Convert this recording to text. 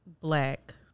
black